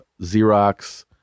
Xerox